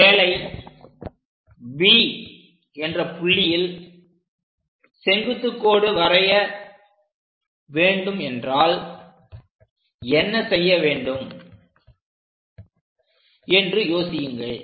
ஒருவேளை B என்ற புள்ளியில் செங்குத்துக் கோடு வரைய வேண்டும் என்றால் என்ன செய்ய வேண்டும் என்று யோசியுங்கள்